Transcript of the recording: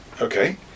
Okay